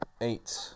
eight